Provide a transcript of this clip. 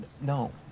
No